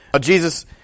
Jesus